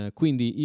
quindi